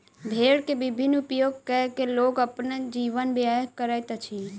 भेड़ के विभिन्न उपयोग कय के लोग अपन जीवन व्यय करैत अछि